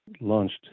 launched